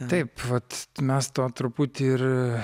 taip vat mes to truputį ir